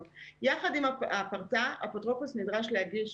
הפרטה האפוטרופוס נדרש להגיש